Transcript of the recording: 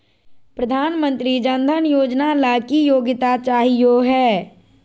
प्रधानमंत्री जन धन योजना ला की योग्यता चाहियो हे?